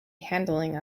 handling